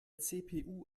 cpu